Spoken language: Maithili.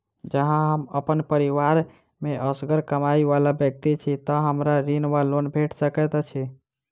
जँ हम अप्पन परिवार मे असगर कमाई वला व्यक्ति छी तऽ हमरा ऋण वा लोन भेट सकैत अछि?